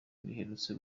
riherutse